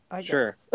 Sure